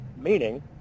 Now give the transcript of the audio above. meaning